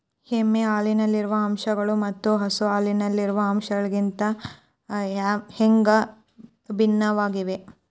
ಎಮ್ಮೆ ಹಾಲಿನಲ್ಲಿರುವ ಅಂಶಗಳು ಮತ್ತ ಹಸು ಹಾಲಿನಲ್ಲಿರುವ ಅಂಶಗಳಿಗಿಂತ ಹ್ಯಾಂಗ ಭಿನ್ನವಾಗಿವೆ?